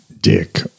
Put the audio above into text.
dick